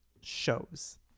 shows